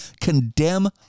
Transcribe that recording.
condemn